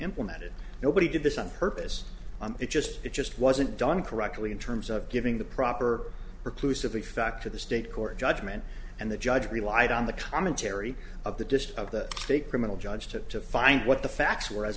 implemented nobody did this on purpose it just it just wasn't done correctly in terms of giving the proper recluse of the fact to the state court judgment and the judge relied on the commentary of the disk of the state criminal judge to find what the facts were as